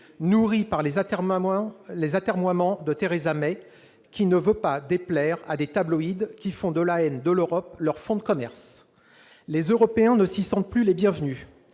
nourrie par les atermoiements de Theresa May, qui ne veut pas déplaire à des tabloïds qui font de la haine de l'Europe leur fonds de commerce. Les Européens ne se sentent plus bienvenus.